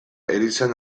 erizain